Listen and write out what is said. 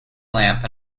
lamp